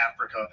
Africa